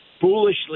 foolishly